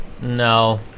No